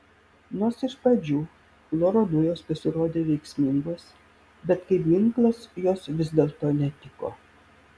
nors iš pradžių chloro dujos pasirodė veiksmingos bet kaip ginklas jos vis dėlto netiko